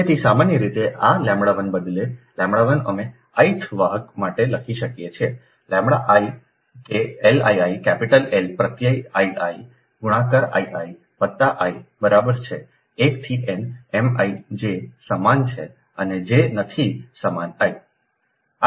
તેથી સામાન્ય રીતે આλ1 બદલેλ1 અમે ith વાહક માટે લખી શકો છોλI કે L ii કેપિટલ L પ્રત્યય I i ગુણાકાર I i વત્તા i બરાબર છે 1 થી n M I j સમાન છે અને j નથી સમાન I